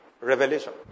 Revelation